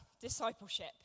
discipleship